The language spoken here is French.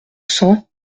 cents